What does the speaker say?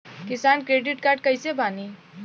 किसान credit card कइसे बानी?